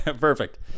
perfect